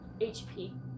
HP